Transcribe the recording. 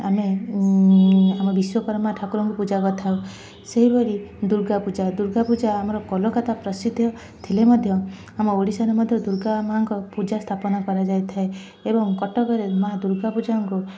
ଆମେ ଆମ ବିଶ୍ୱକର୍ମା ଠାକୁରଙ୍କୁ ପୂଜା କରିଥାଉ ସେହିଭଳି ଦୁର୍ଗା ପୂଜା ଦୁର୍ଗା ପୂଜା ଆମର କୋଲକାତା ପ୍ରସିଦ୍ଧ ଥିଲେ ମଧ୍ୟ ଆମ ଓଡ଼ିଶାରେ ଦୁର୍ଗା ମାଆଙ୍କ ପୂଜା ସ୍ଥାପନା କରାଯାଇଥାଏ ଏବଂ କଟକରେ ମାଆ ଦୁର୍ଗା ପୂଜାଙ୍କୁ